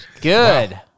Good